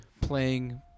playing